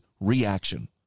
reaction